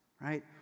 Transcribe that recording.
Right